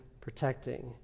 protecting